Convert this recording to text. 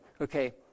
okay